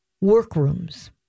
Workrooms